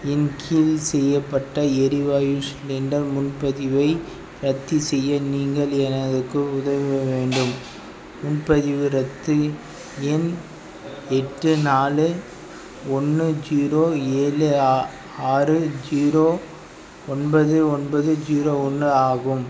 இன் கீழ் செய்யப்பட்ட எரிவாயு சிலிண்டர் முன்பதிவை ரத்து செய்ய நீங்கள் எனக்கு உதவ வேண்டும் முன்பதிவு ரத்து எண் எட்டு நாலு ஒன்று ஜீரோ ஏழு ஆ ஆறு ஜீரோ ஒன்பது ஒன்பது ஜீரோ ஒன்று ஆகும்